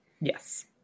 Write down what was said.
Yes